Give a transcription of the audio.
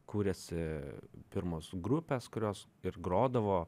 kūrėsi pirmos grupės kurios ir grodavo